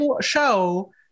show